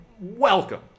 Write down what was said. welcome